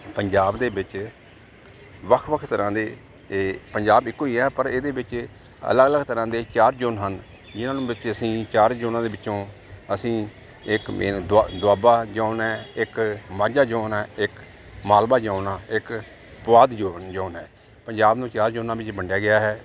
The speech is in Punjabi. ਪੰਜਾਬ ਦੇ ਵਿੱਚ ਵੱਖ ਵੱਖ ਤਰ੍ਹਾਂ ਦੇ ਇਹ ਪੰਜਾਬ ਇੱਕੋ ਹੀ ਹੈ ਪਰ ਇਹਦੇ ਵਿੱਚ ਅਲੱਗ ਅਲੱਗ ਤਰ੍ਹਾਂ ਦੇ ਚਾਰ ਜੌਨ ਹਨ ਜਿਹਨਾਂ ਨੂੰ ਵਿੱਚ ਅਸੀਂ ਚਾਰ ਜੌਨਾਂ ਦੇ ਵਿੱਚੋਂ ਅਸੀਂ ਇੱਕ ਮੇਨ ਦੁਆਬਾ ਜੌਨ ਹੈ ਇੱਕ ਮਾਝਾ ਜੌਨ ਹੈ ਇੱਕ ਮਾਲਵਾ ਜੌਨ ਹੈ ਇੱਕ ਪੁਆਧ ਜੌਨ ਆ ਪੰਜਾਬ ਨੂੰ ਚਾਰ ਜੌਨਾਂ ਵਿੱਚ ਵੰਡਿਆ ਗਿਆ ਹੈ